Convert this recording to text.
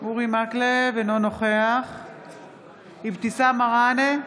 אינו נוכח אבתיסאם מראענה,